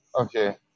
Okay